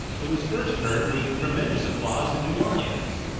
it was first heard with tremendous applause in new orleans,